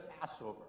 Passover